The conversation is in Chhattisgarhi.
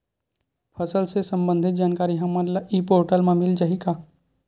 फसल ले सम्बंधित जानकारी हमन ल ई पोर्टल म मिल जाही का?